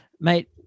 Mate